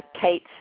Kate